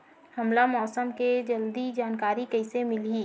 हमला मौसम के जल्दी जानकारी कइसे मिलही?